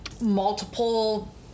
multiple